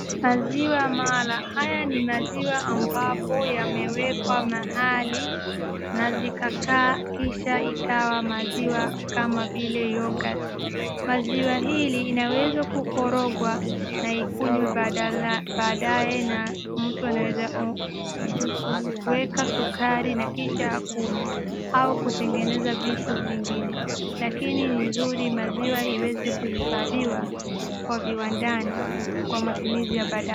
Maziwa mala. Haya ni maziwa ambapo yamewekwa mahali na zikakaa kisha ikawa maziwa kama vile yogurt . Maziwa hili inaweza kukorogwa na ikunywe baadaye na mtu anaweza weka sukari na kisha akunywe, au kutengeneza vitu vingine. Lakini ni nzuri maziwa iweze kuhifadhiwa kwa viwandani kwa matumizi ya baadaye.